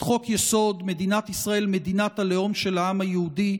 חוק-יסוד: מדינת ישראל מדינת הלאום של העם היהודי,